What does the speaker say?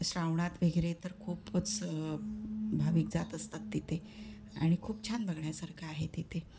श्रावणात वगैरे तर खूपच भाविक जात असतात तिथे आणि खूप छान बघण्यासारखं आहे तिथे